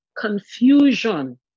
confusion